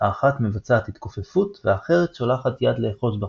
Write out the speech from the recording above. האחת מבצעת התכופפות והאחרת שולחת יד לאחוז בחפץ.